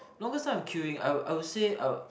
longest time I'm queuing I would I would say I would